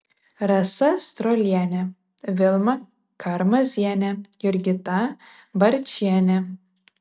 rasa strolienė vilma karmazienė jurgita barčienė